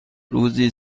روزی